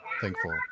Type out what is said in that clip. thankful